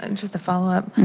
and just a follow up.